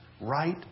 right